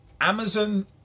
Amazon